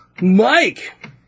Mike